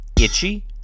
itchy